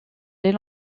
les